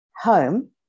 home